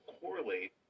correlate